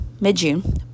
mid-June